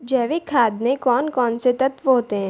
जैविक खाद में कौन कौन से तत्व होते हैं?